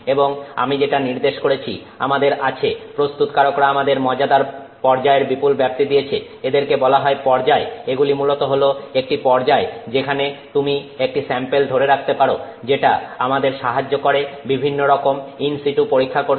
এবং আমি যেটা নির্দেশ করেছি আমাদের আছে প্রস্তুতকারকরা আমাদের মজাদার পর্যায়ের বিপুল ব্যাপ্তি দিয়েছে এদেরকে বলা হয় পর্যায় এগুলি মূলত হল একটি পর্যায় যেখানে তুমি একটি স্যাম্পেল ধরে রাখতে পারো যেটা আমাদের সাহায্য করে বিভিন্ন রকম ইন সিটু পরীক্ষা করতে